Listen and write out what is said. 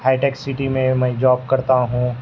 high tech city میں میں job کرتا ہوں